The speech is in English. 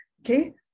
Okay